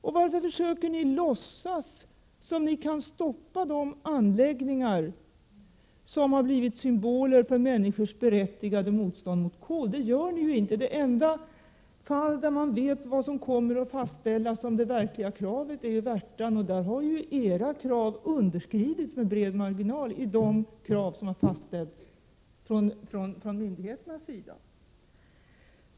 Och varför försöker ni låtsas som om ni kan stoppa de anläggningar som har blivit symboler för människors berättigade motstånd mot kolet? Detta kan ni ju inte göra. Det enda fall där man vet vilka krav som verkligen kommer att fastställas är Värtan, och där har ju era krav underskridits med bred marginal av de krav som fastställts från myndigheternas sida.